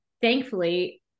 thankfully